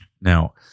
Now